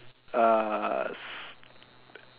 uh